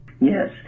Yes